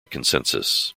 consensus